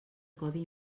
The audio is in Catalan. codi